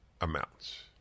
amounts